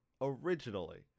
Originally